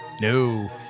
No